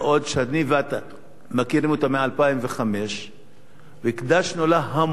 שאני ואתה מכירים אותה מ-2005 והקדשנו לה המון,